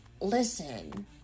listen